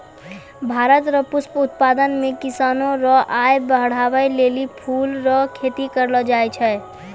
भारत रो पुष्प उत्पादन मे किसानो रो आय बड़हाबै लेली फूल रो खेती करलो जाय छै